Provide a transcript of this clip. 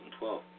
2012